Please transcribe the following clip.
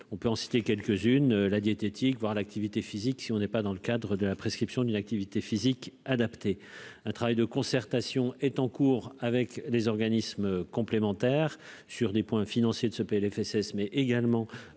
on peut en citer quelques-unes, la diététique voir l'activité physique, si on n'est pas dans le cadre de la prescription d'une activité physique adaptée, un travail de concertation est en cours avec les organismes complémentaires sur des points financier de ce Plfss, mais également